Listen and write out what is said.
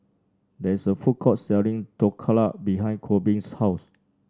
there is a food court selling Dhokla behind Korbin's house